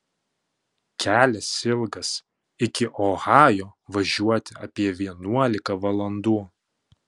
kelias ilgas iki ohajo važiuoti apie vienuolika valandų